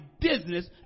business